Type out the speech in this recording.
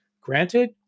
Granted